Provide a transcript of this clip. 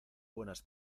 buenas